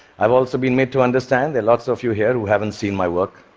i've also been made to understand there are lots of you here who haven't seen my work,